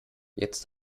jetzt